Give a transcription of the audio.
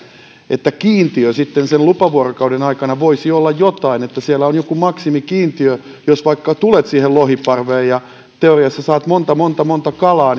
että kiintiö sen lupavuorokauden aikana voisi olla jotain niin että siellä on joku maksimikiintiö jos vaikka tulet siihen lohiparveen ja teoriassa saat monta monta monta kalaa